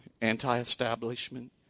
Anti-establishment